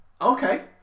okay